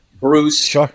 Bruce